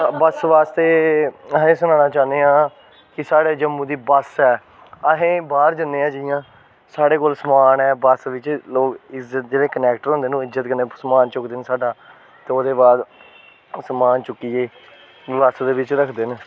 बस बास्तै अहें सनाना चाह्न्ने आं कि साढ़े जम्मू दी बस ऐ असें बाह्र जन्ने आं जियां साढ़े कोल समान ऐ बस बिच्च लोक इज्जत जेह्ड़े कनेक्टर होंदे नी इज्जत कन्नै समान चुकदे न साढ़ा ते ओहदे बाद समान चुक्कियै बस दे बिच्च रखदे न